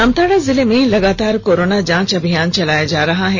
जामताड़ा जिले में लगातार कोरोना जांच अभियान चलाया जा रहा है